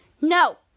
no